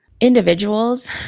Individuals